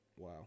Wow